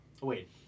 Wait